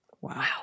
Wow